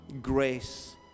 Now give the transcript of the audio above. grace